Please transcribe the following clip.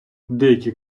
деякі